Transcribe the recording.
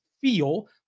feel